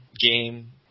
game